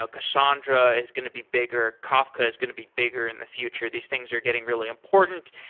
ah cassandra is going to be bigger. kafka is going to be bigger in the future. these things are getting really important.